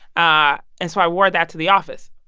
ah and so i wore that to the office.